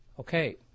Okay